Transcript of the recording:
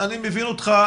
אני מבין אותך,